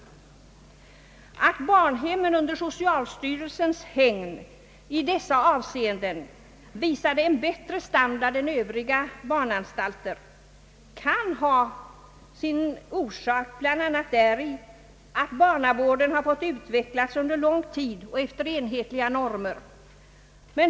Att barnhemmen under socialstyrelsens hägn visade en bättre standard i dessa avseenden än övriga barnanstalter kan ha sin orsak bl.a. däri, att barnavården fått utvecklas under lång tid och efter enhetliga normer.